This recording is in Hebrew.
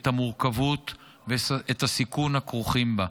את המורכבות ואת הסיכון הכרוכים בה.